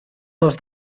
dos